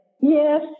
Yes